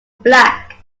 black